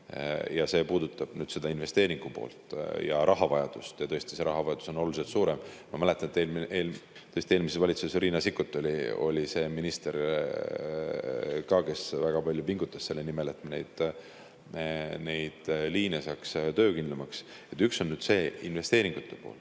Ja see puudutab nüüd seda investeeringupoolt ja rahavajadust ja tõesti see rahavajadus on oluliselt suurem. Ma mäletan, et eelmises valitsuses oli Riina Sikkut see minister, kes väga palju pingutas selle nimel, et me neid liine saaks töökindlamaks. Üks on investeeringute pool,